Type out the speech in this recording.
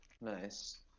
Nice